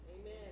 Amen